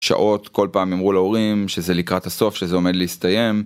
שעות כל פעם אמרו להורים שזה לקראת הסוף שזה עומד להסתיים.